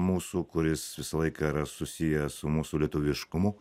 mūsų kuris visą laiką yra susijęs su mūsų lietuviškumu